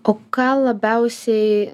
o ką labiausiai